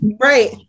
Right